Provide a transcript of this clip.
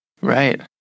Right